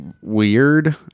weird